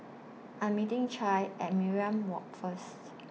I'm meeting Che At Mariam Walk First